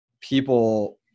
people